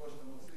במערכה (תגמולים ושיקום) (תיקון מס' 35),